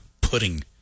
pudding